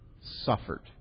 suffered